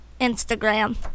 instagram